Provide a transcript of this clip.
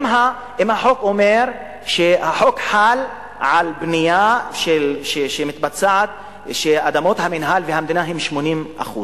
אם החוק אומר שהחוק חל על בנייה שבה אדמות המינהל והמדינה הן 80%,